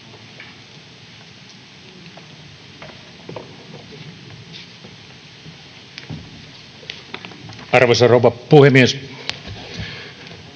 Arvoisa rouva puhemies!